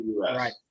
right